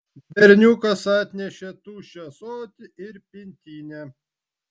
berniukas atnešė tuščią ąsotį ir pintinę